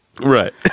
Right